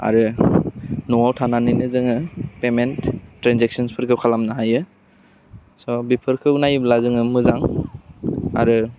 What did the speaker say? आरो न'आव थानानैनो जोङो पेमेन्ट ट्रेनजेकसन्सफोरखौ खालामनो हायो स' बेफोरखौ नायोब्ला जोङो मोजां आरो